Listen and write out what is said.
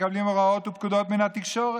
מקבלים הוראות ופקודות מהתקשורת.